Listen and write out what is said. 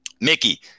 Mickey